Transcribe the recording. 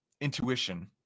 intuition